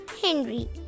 Henry